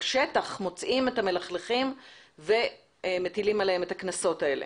בשטח מוצאים את המלכלכים ומטילים עליהם את הקנסות האלה,